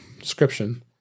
description